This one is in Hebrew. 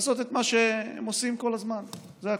לעשות את מה שהם עושים כל הזמן, זה הכול.